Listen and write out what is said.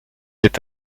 est